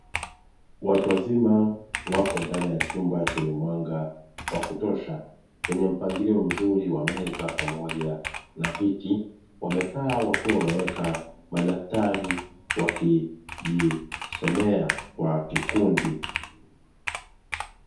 Watu wazima wapo ndani ya chumba chenye mwanga wa kutosha chenye mpangilio mzuri wa meza pamoja na viti, wamekaa wakiwa wameweka madaftari wakijisomea kwa kikundi.